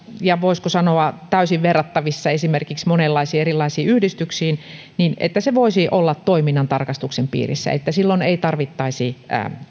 ja voisiko sanoa täysin verrattavissa esimerkiksi monenlaisiin erilaisiin yhdistyksiin siihen että se voisi olla toiminnantarkastuksen piirissä ja että silloin ei tarvittaisi